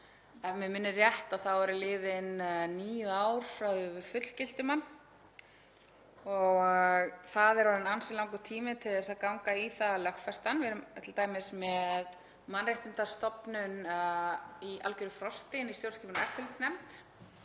ef mig minnir rétt eru liðin níu ár frá því við fullgiltum hann og það er orðinn ansi langur tími til þess að ganga í það að lögfesta hann. Við erum t.d. með Mannréttindastofnun í algjöru frosti inni í stjórnskipunar- og eftirlitsnefnd.